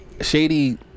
Shady